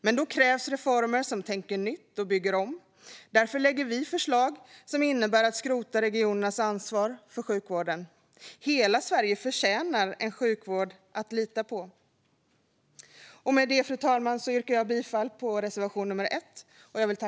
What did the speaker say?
Men då krävs reformer som tänker nytt och bygger om, och därför lägger vi fram ett förslag som innebär att regionernas ansvar för sjukvården skrotas. Hela Sverige förtjänar en sjukvård att lita på. Fru talman! Jag yrkar bifall till reservation nummer 1.